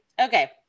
Okay